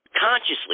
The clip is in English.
consciously